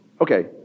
Okay